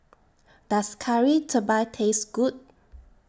Does Kari Debal Taste Good